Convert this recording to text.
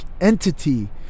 entity